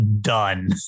done